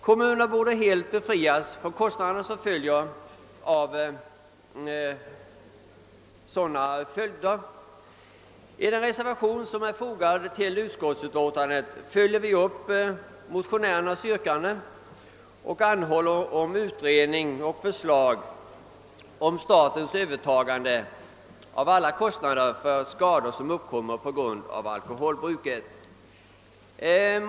Kommunerna borde helt befrias från kostnaderna på grund av alkoholskadorna. I den reservation som är fogad till utskottsutlåtandet följer vi reservanter upp motionärernas yrkande och anhåller om utredning och förslag till statens övertagande av alla kostnader som uppkommer på grund av alkoholbruket.